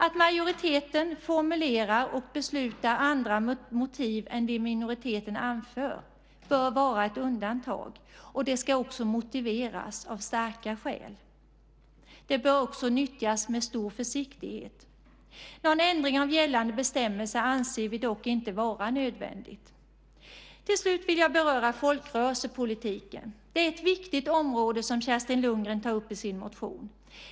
Att majoriteten formulerar och beslutar om andra motiv än de som minoriteten anför bör vara ett undantag, och det ska också motiveras av starka skäl. Det bör också nyttjas med stor försiktighet. Någon ändring av gällande bestämmelser anser vi dock inte vara nödvändig. Till slut vill jag beröra folkrörelsepolitiken. Det är ett viktigt område som Kerstin Lundgren tar upp i sin motion.